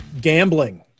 gambling